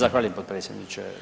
Zahvaljujem potpredsjedniče.